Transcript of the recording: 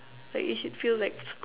like you should feel like